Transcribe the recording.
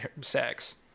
sex